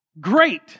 Great